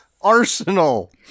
arsenal